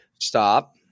stop